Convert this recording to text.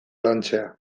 lantzea